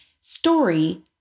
Story